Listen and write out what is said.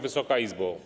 Wysoka Izbo!